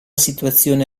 situazione